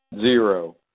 Zero